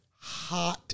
hot